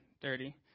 Thirty